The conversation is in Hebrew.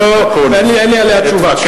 אין לי עליה תשובה.